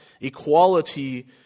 equality